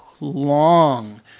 long